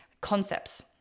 concepts